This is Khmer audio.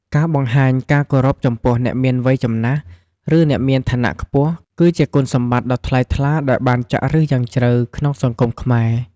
ការបង្ហាញការគោរពចំពោះអ្នកមានវ័យចំណាស់ ឬអ្នកមានឋានៈខ្ពស់ គឺជាគុណសម្បត្តិដ៏ថ្លៃថ្លាដែលបានចាក់ឫសយ៉ាងជ្រៅក្នុងសង្គមខ្មែរ។